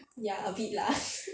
ya a bit lah